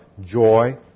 joy